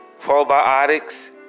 Probiotics